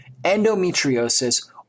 endometriosis